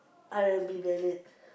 R-and-B ballad